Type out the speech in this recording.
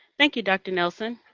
thank you, dr. nelson.